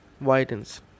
widens